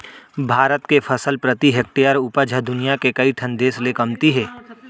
भारत के फसल प्रति हेक्टेयर उपज ह दुनियां के कइ ठन देस ले कमती हे